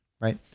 right